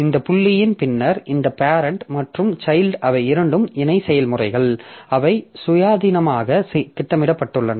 இந்த புள்ளியின் பின்னர் இந்த பேரெண்ட் மற்றும் சைல்ட் அவை இரண்டு இணை செயல்முறைகள் அவை சுயாதீனமாக திட்டமிடப்பட்டுள்ளன